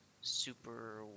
super